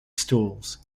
stools